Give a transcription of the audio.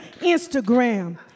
Instagram